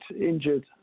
injured